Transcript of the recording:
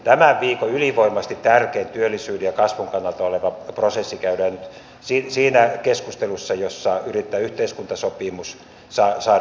tämän viikon ylivoimaisesti tärkein työllisyyden ja kasvun kannalta oleva prosessi käydään nyt siinä keskustelussa jossa yritetään yhteiskuntasopimus saada aikaan